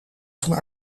van